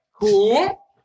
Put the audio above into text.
Cool